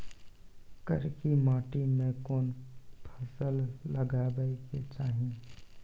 करकी माटी मे कोन फ़सल लगाबै के चाही?